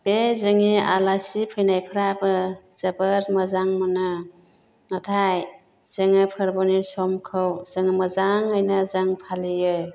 बे जोंनि आलासि फैनायफ्राबो जोबोर मोजां मोनो नाथाय जोङो फोरबोनि समखौ जोङो मोजाङैनो जों फालियो